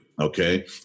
Okay